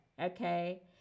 okay